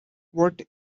what